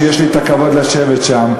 שיש לי הכבוד לשבת שם,